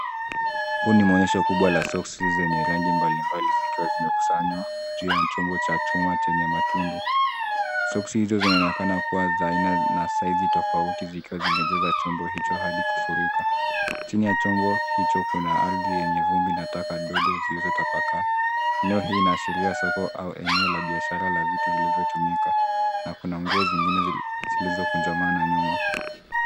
Huu ni muonyesho kubwa la soksi zenye rangi mbalimbali zikiwa zimekusanywa juu ya chombo cha chuma chenye matundu. Soksi hizo zinaonekana kuwa za aina na saizi tofauti zikiwa zimejaza chombo hicho hadi kufurika. Chini ya chombo hicho kuna ardhi yenye vumbi na taka ndogo zilizotapakaa. Eneo hii linaashiria soko au eneo la biashara la vitu vilivyotumika. Na kuna nguo zingine zilizokunjamana nyuma.